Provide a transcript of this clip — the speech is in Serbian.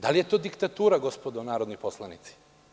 Da li je to diktatura gospodo narodni poslanici?